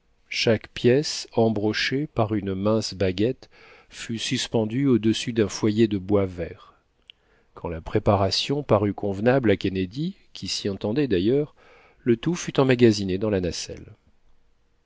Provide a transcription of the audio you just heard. chaque pièce embrochée par une mince baguette fut suspendue au-dessus d'un foyer de bois vert quand la préparation parut convenable à kennedy qui s'y entendait d'ailleurs le tout fut emmagasiné dans la nacelle